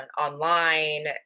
online